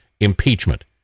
impeachment